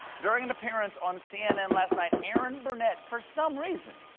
during an appearance on cnn last night, erin burnett, for some reason,